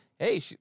Hey